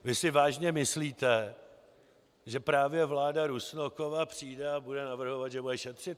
Vy si vážně myslíte, že právě vláda Rusnokova přijde a bude navrhovat, že bude šetřit?